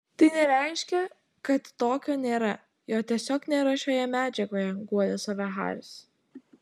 tai nereiškia kad tokio nėra jo tiesiog nėra šioje medžiagoje guodė save haris